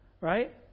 right